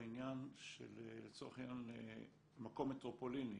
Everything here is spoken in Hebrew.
לצורך העניין של מקום מטרופוליני?